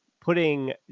putting